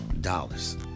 dollars